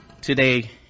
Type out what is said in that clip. today